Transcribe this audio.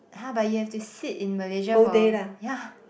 [huh] but you have to sit in Malaysia for yeah